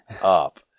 up